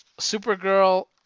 Supergirl